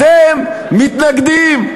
אתם מתנגדים,